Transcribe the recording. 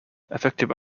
effective